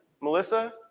Melissa